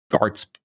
arts